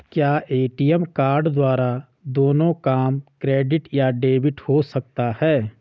क्या ATM card द्वारा दोनों काम क्रेडिट या डेबिट हो सकता है?